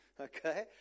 okay